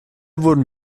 wurden